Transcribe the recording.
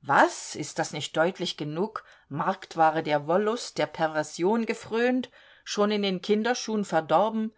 was ist das nicht deutlich genug marktware der wollust der perversion gefrönt schon in den kinderschuhen verdorben